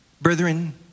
Brethren